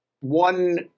one